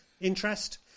interest